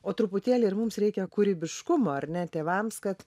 o truputėlį ir mums reikia kūrybiškumo ar ne tėvams kad